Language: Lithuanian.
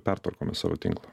pertvarkome savo tinklą